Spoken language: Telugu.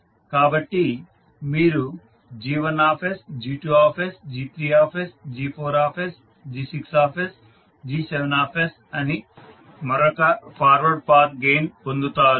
కాబట్టి మీరు G1sG2sG3sG4sG6sG7 అని మరొక ఫార్వర్డ్ పాత్ గెయిన్ పొందుతారు